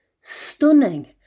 stunning